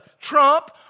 Trump